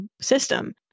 system